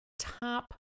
top